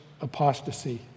apostasy